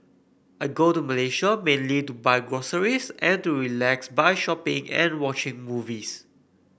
I go to Malaysia mainly to buy groceries and to relax by shopping and watching movies